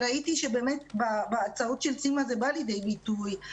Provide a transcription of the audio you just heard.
וראיתי שבאמת בהצעות של סימה זה בא לידי ביטוי,